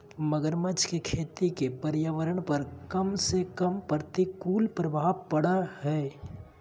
मगरमच्छ के खेती के पर्यावरण पर कम से कम प्रतिकूल प्रभाव पड़य हइ